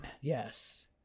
Yes